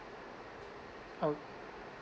o~